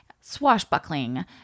swashbuckling